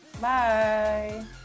bye